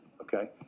Okay